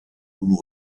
und